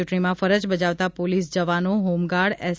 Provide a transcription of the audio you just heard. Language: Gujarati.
ચૂંટણી ફરજ બજાવતા પોલીસ જવાનો હોમગાર્ડ એસ